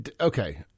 Okay